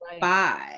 five